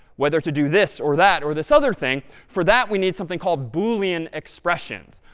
whether to do this or that or this other thing? for that we need something called boolean expressions.